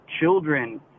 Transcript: children